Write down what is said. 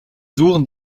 suchen